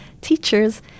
teachers